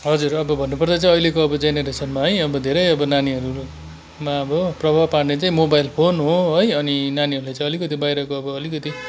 हजुर अब भन्नुपर्दा चाहिँ अहिलेको अब जेनेरेसनमा है अब धेरै अब नानीहरूमा अब प्रभाव पार्ने चाहिँ मोबाइल फोन हो है अनि नानीहरूलाई चाहिँ अलिकति बाहिरको अब अलिकति